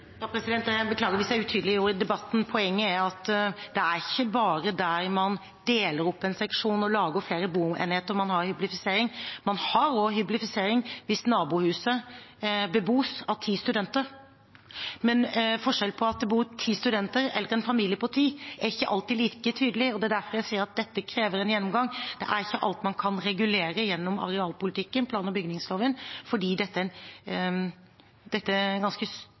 at det ikke er bare der man deler opp en seksjon og lager flere boenheter, man har hyblifisering. Man har også hyblifisering hvis nabohuset bebos av ti studenter. Men forskjellen på at det bor ti studenter eller en familie på ti, er ikke alltid like tydelig, og det er derfor jeg sier at det krever en gjennomgang. Det er ikke alt man kan regulere gjennom arealpolitikken og plan- og bygningsloven, for dette er en ganske